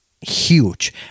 huge